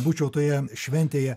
būčiau toje šventėje